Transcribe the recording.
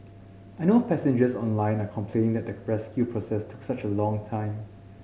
I know passengers online are complaining that the rescue process took such a long time